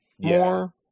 more